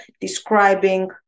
describing